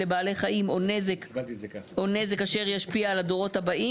לבעלי חיים או נזק אשר ישפיע על הדורות הבאים".